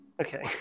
Okay